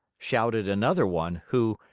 shouted another one, who,